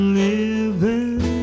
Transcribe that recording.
living